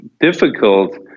difficult